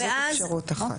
זאת אפשרות אחת.